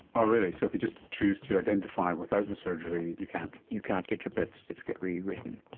oh really, so if you just choose to identify without the surgery you can't. you can't get your birth certificate rewritten.